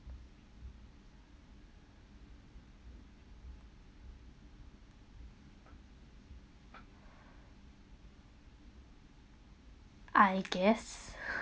I guess